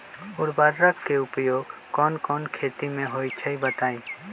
उर्वरक के उपयोग कौन कौन खेती मे होई छई बताई?